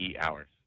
hours